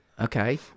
okay